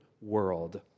world